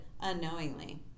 unknowingly